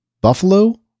Buffalo